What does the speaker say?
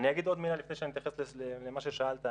אני אגיד עוד מילה לפני שאני אתייחס למה ששאלת,